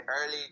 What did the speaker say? early